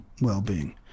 well-being